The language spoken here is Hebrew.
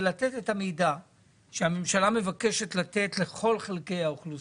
לתת את המידע שהממשלה מבקשת לתת לכל חלקי האוכלוסייה.